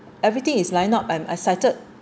everything is lined up and I'm excited